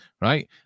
right